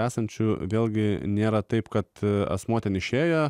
esančiu vėlgi nėra taip kad asmuo ten išėjo